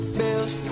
bills